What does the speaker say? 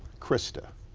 krista.